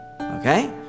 okay